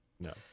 No